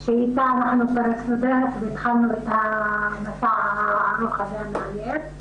סלימאן שאיתה התחלנו את המסע הארוך והמעייף הזה.